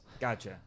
gotcha